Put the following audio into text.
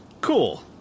Cool